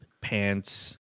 pants